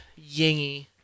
Yingy